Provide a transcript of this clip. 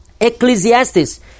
Ecclesiastes